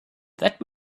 that